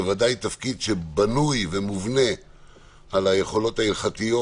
בוודאי תפקיד שבנוי ומובנה על היכולות ההלכתיות